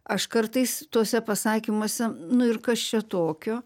aš kartais tuose pasakymuose nu ir kas čia tokio